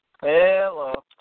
Hello